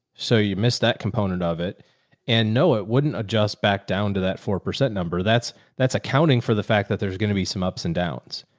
so you miss that component of it and no, it wouldn't adjust back down to that four percent number. that's that's accounting for the fact that there's going to be some ups and downs,